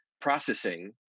processing